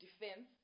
defense